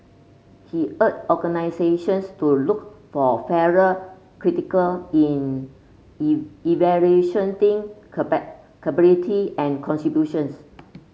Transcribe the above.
he urged organisations to look for fairer critical in evaluation capability and contributions